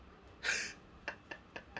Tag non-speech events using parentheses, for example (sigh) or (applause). (laughs)